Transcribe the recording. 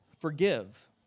forgive